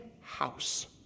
house